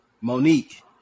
Monique